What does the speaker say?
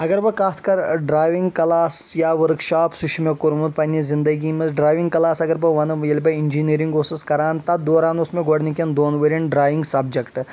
اگر بہٕ کتھ کرٕ ڈرایوِنگ کلاس یا ؤرٕک شاپ سُہ چھُ مےٚ کوٚرمُت پننہِ زندگی منٛز ڈرایوِنگ کلاس اگر بہٕ وَنہٕ ییٚلہِ بہٕ اِنجیٖنرِنگ اوسُس کران تَتھ دوران اوس مےٚ گۄڈنِکٮ۪ن دۄن ؤرٮ۪ن ڈرایِنگ سبجیکٹ